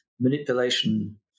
manipulation